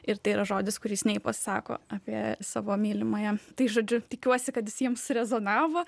ir tai yra žodis kurį sneipas sako apie savo mylimąją tai žodžiu tikiuosi kad jis jiems rezonavo